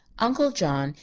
uncle john,